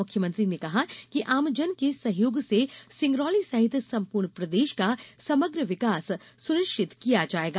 मुख्यमंत्री ने कहा आमजन के सहयोग से सिंगरौली सहित सम्पूर्ण प्रदेश का समग्र विकास सुनिश्चित किया जायेगा